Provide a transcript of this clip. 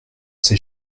ces